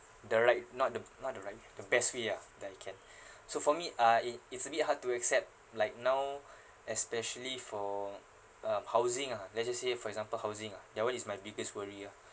the right not the not the right the best ah that I can so for me uh it it's a bit hard to accept like now especially for uh housing ah let's just say for example housing ah that one is my biggest worry ah